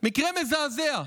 מקרה מזעזע.